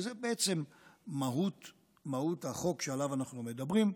וזה בעצם מהות החוק שעליו אנחנו מדברים,